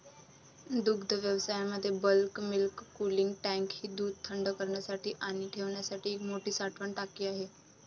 दुग्धव्यवसायामध्ये bulk milk cooling tank ही दूध थंड करण्यासाठी आणि ठेवण्यासाठी एक मोठी साठवण टाकी आहे